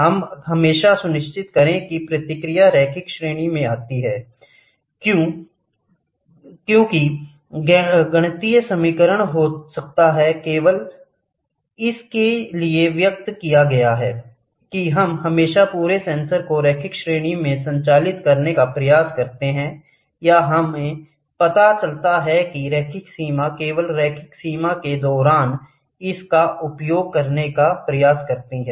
हम हमेशा सुनिश्चित करें कि प्रतिक्रिया रैखिक श्रेणी में आती है क्यों गणितीय समीकरण हो सकता है केवल इसके लिए व्यक्त किया गया है कि हम हमेशा पूरे सेंसर को रैखिक श्रेणी में संचालित करने का प्रयास करते हैं या हमें पता चलता है कि रैखिक सीमा केवल रैखिक सीमा के दौरान इसका उपयोग करने का प्रयास करती है